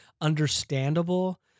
understandable